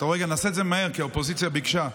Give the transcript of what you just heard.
אני אעשה את זה מהר, כי האופוזיציה ביקשה.